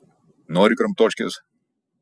nori kramtoškės